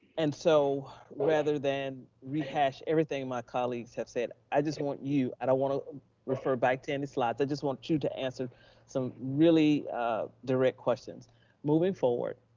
and so rather than rehash everything my colleagues have said, i just want you, i don't want to refer back to any slides. i just want you to answer some really direct questions moving forward,